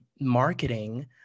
marketing